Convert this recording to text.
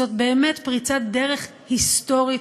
זאת באמת פריצת דרך היסטורית,